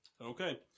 Okay